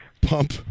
Pump